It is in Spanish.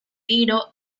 tiro